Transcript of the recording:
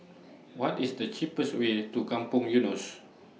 What IS The cheapest Way to Kampong Eunos